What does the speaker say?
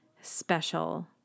special